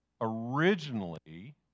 originally